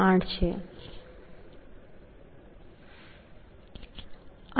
8 છે